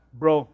bro